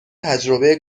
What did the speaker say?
تجربه